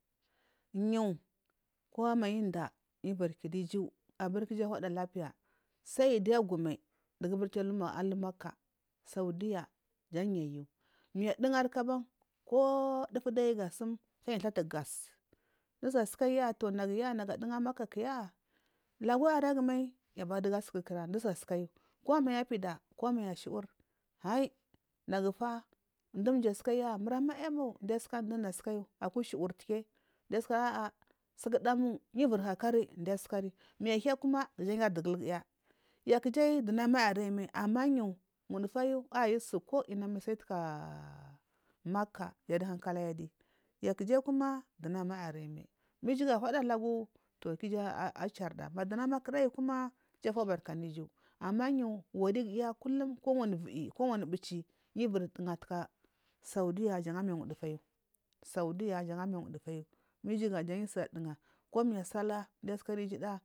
Yu ko manyu inda yu ivuri kidu iju atuwada lapiya saiduyi agumal dugu aburi ali makkah saudiya jan yayu mi adugai kuban kodufa duyayu gasum sai yu athahigas dusuasukayu nagu aduga makkak kuya lagu aragu mal abardugu asukara komayi apida ju ashuwu kal nagufa mdu mji asukayu murmayamu nduda asukayu awku shmur tuki nde suka ahah mbamu yu iviri hakari diyu asukari manyu ahiyakuma yuardugul giya yakujiya durama aralyimal amayu wudufayu aiyi sukumal sukoyinamal sai taka makkah jandu hankalayu adi yakiji kuma dinama aiyi mbu aiyi arayimai ma ijugu huwada lagu toh ki iju acharda madunama kuda aiyi kuma fubarka anu iju ama yu wodi giya kulhu kowari viyi kowari mbechi jathika saudiya jan armiludufayu saudey jan armiyawwudufayu ma ijuga sewdunga manyu asalah giyu asukara ijuda.